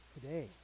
today